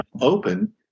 open